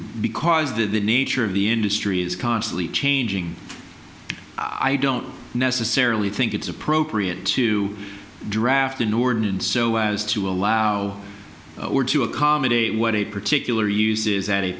because the nature of the industry is constantly changing i don't necessarily think it's appropriate to draft a new ordinance so as to allow or to accommodate what a particular uses a